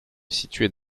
située